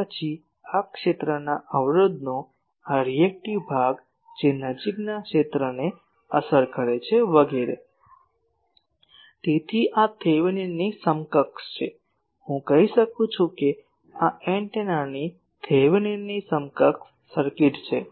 અને પછી આ ક્ષેત્રના અવરોધનો આ રીએક્ટીવ ભાગ જે નજીકના ક્ષેત્રને અસર કરે છે વગેરે તેથી આ થેવેનિનની સમકક્ષ છે હું કહી શકું છું કે આ એન્ટેનાની થેવેનિનની સમકક્ષ સર્કિટ છે અને